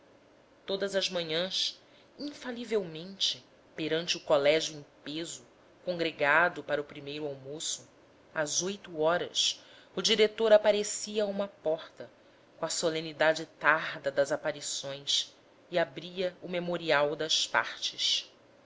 todas as manhãs infalivelmente perante o colégio em peso congregado para o primeiro almoço às oito horas o diretor aparecia a uma porta com a solenidade tarda das aparições e abria o memorial das partes